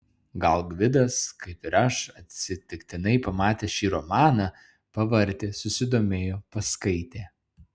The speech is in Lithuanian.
gal gvidas kaip ir aš atsitiktinai pamatęs šį romaną pavartė susidomėjo paskaitė